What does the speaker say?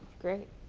great.